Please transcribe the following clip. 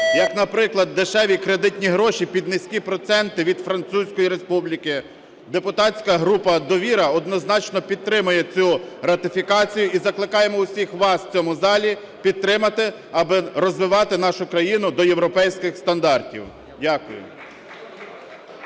Як наприклад, дешеві кредитні гроші під низькі проценти від Французької Республіки. Депутатська група "Довіра" однозначно підтримає цю ратифікацію. І закликаємо всіх вас у цьому залі підтримати, аби розвивати нашу країну до європейських стандартів. Дякую.